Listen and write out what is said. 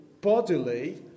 bodily